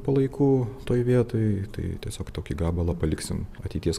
palaikų toj vietoj tai tiesiog tokį gabalą paliksim ateities